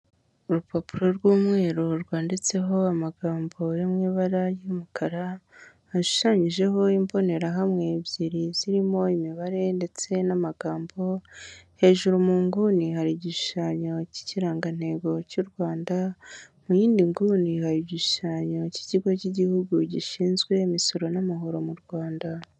Urupapuro rw'umweru rwanditseho amagambo mu ibara ry'umukara ashushanyijeho imbonerahamwe ebyiri zirimo imibare ndetse n'amagambo hejuru mu nguni hari igishushanyo cy'irangantego cy'u Rwanda mu yindi ngunihaye igishushanyo cy'ikigo cy'igihugu gishinzwe imisoro n'amahoro mu Rwanda.